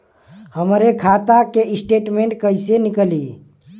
हमरे खाता के स्टेटमेंट कइसे निकली?